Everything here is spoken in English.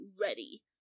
ready